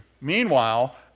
meanwhile